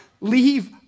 leave